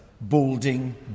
balding